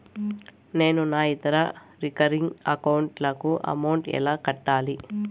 నేను నా ఇతర రికరింగ్ అకౌంట్ లకు అమౌంట్ ఎలా కట్టాలి?